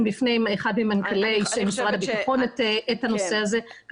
בפני אחד ממנכ"לי משרד הביטחון את הנושא הזה,